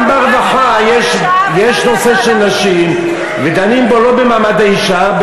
גם ברווחה יש נושא של נשים ודנים בו לא במעמד האישה,